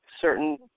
certain